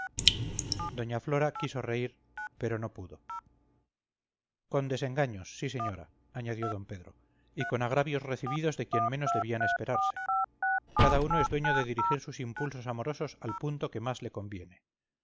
doña flora quiso reír pero no pudo con desengaños sí señora añadió d pedro y con agravios recibidos de quien menos debían esperarse cada uno es dueño de dirigir sus impulsos amorosos al punto que más le conviene